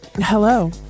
Hello